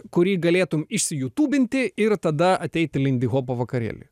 kurį galėtum išsijutubinti ir tada ateit į lindihopo vakarėlį